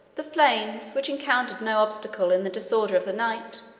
the flames, which encountered no obstacle in the disorder of the night,